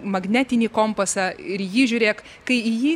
magnetinį kompasą ir į jį žiūrėk kai į jį